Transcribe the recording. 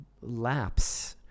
lapse